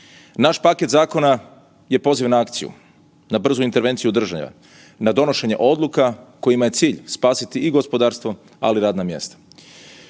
Naš paket zakona je poziv na akciju, na brzu intervenciju države, na donošenje odluka kojima je cilj spasiti i gospodarstvo ali i radna mjesta.